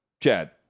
Chad